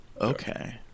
Okay